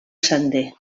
sender